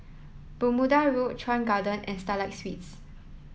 Bermuda Road Chuan Garden and Starlight Suites